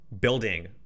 building